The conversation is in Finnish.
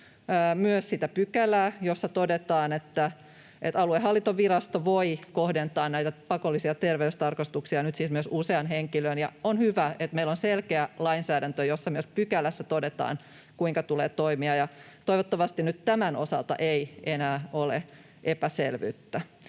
sitä pykälää, jossa todetaan, että aluehallintovirasto voi kohdentaa näitä pakollisia terveystarkastuksia nyt siis myös useaan henkilöön. Ja on hyvä, että meillä on selkeä lainsäädäntö, jossa myös pykälässä todetaan, kuinka tulee toimia, ja toivottavasti nyt tämän osalta ei enää ole epäselvyyttä.